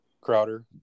Crowder